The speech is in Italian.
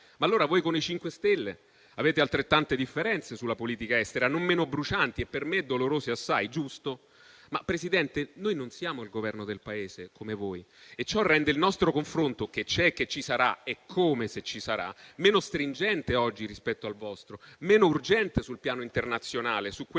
ma allora voi con il MoVimento 5 Stelle avete altrettante differenze sulla politica estera, non meno brucianti e per me dolorose assai. Giusto, ma, Presidente, noi non siamo il Governo del Paese, come voi, e ciò rende il nostro confronto - che c'è, che ci sarà, ed eccome se ci sarà - meno stringente oggi rispetto al vostro, meno urgente sul piano internazionale, su quello che si deve